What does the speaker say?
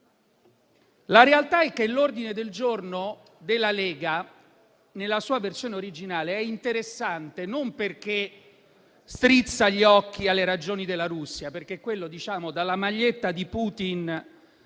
La realtà è che l'ordine del giorno della Lega, nella sua versione originale, è interessante, non perché strizza gli occhi alle ragioni della Russia, perché quello, dalla maglietta di Putin